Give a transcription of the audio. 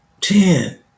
ten